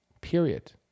period